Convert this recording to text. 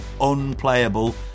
unplayable